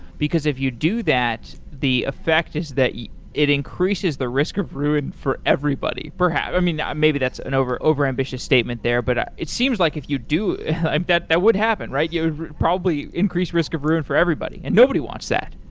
because if you do that, the effect is that it increases the risk of ruin for everybody, perhaps. maybe that's an over overambitious statement there, but ah it seems like if you do that that would happen, right? you probably increase risk of ruin for everybody and nobody wants that.